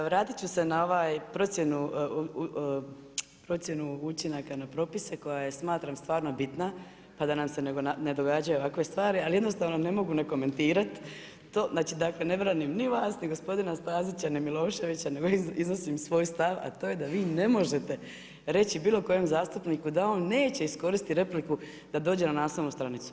Vratiti ću se na ovu procjenu učinaka na propise koja je smatram stvarno bitna pa da nam se ne događaju ovakve stvari ali jednostavno ne mogu ne komentirati to, znači dakle ne branim ni vas ni gospodina Stazića ni Miloševića nego iznosim svoj stav a to je da vi ne možete reći bilo kojem zastupniku da on neće iskoristiti repliku da dođe na naslovnu stranicu.